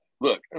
Look